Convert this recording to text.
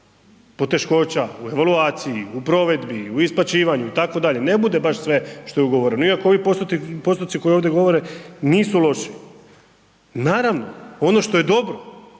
poteškoća u evaluaciji, u provedbi, u isplaćivanju itd., ne bude baš sve što je ugovoreno. Iako ovi postoci koji ovdje govore nisu loši. Naravno, ono što je dobro,